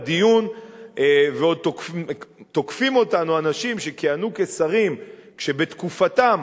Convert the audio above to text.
ועוד תוקפים אותנו אנשים שכיהנו כשרים כשבתקופתם